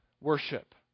worship